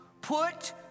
Put